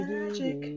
magic